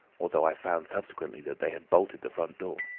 although i found subsequently that they had bolted the front door.